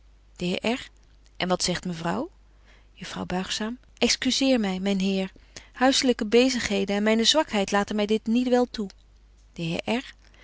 en wat zegt mevrouw juffrouw buigzaam excuseer my myn heer huissëlyke bezigheden en myne zwakheid laten my dit niet wel toe de